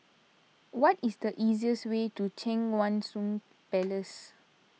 what is the easiest way to Cheang Wan Seng Palace